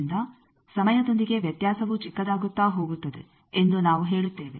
ಆದ್ದರಿಂದ ಸಮಯದೊಂದಿಗೆ ವ್ಯತ್ಯಾಸವೂ ಚಿಕ್ಕದಾಗುತ್ತಾ ಹೋಗುತ್ತದೆ ಎಂದು ನಾವು ಹೇಳುತ್ತೇವೆ